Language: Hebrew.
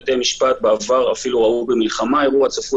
בתי משפט בעבר אפילו ראו במלחמה אירוע צפוי